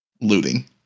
Looting